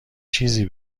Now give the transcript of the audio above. چیزی